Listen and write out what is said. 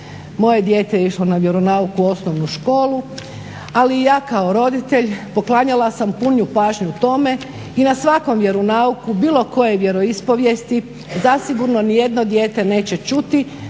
moje dijete je išlo na vjeronauk u osnovnu školu, ali i ja kao roditelj poklanjala sam punu pažnju tome i na svakom vjeronauku bilo koje vjeroispovijesti zasigurno ni jedno dijete neće čuti